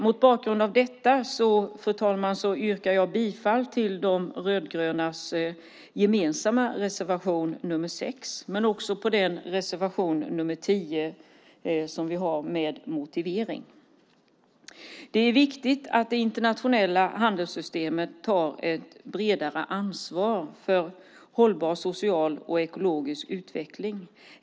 Mot bakgrund av detta, fru talman, yrkar jag bifall till de rödgrönas gemensamma reservation nr 6 men också till reservation nr 10 under punkt 11 - motiveringen. Det är viktigt att det internationella handelssystemet tar ett bredare ansvar för hållbar social och ekologisk utveckling.